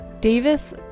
Davis